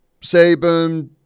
Saban